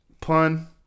Pun